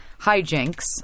hijinks